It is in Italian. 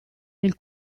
nel